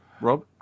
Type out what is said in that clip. Rob